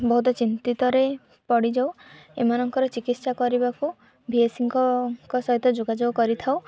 ବହୁତ ଚିନ୍ତିତରେ ପଡ଼ିଯାଉ ଏମାନଙ୍କର ଚିକିତ୍ସା କରିବାକୁ ଭିଏସିଙ୍କ ସହିତ ଯୋଗାଯୋଗ କରିଥାଉ